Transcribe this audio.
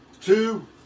two